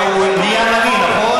הוא נהיה נביא, נכון?